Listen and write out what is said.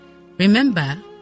Remember